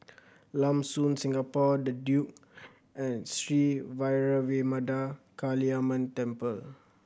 Lam Soon Singapore The Duke and Sri Vairavimada Kaliamman Temple